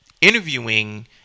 interviewing